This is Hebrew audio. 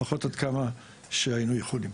לפחות עד כמה שהיינו יכולים.